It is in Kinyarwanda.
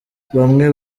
bamwe